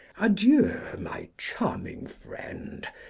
adieu, my charming friend!